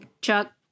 chuck